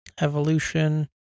Evolution